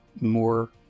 more